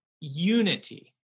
unity